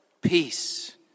peace